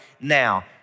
now